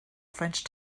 french